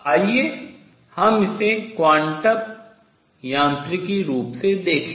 आइए हम इसे क्वांटम यांत्रिकी रूप से देखें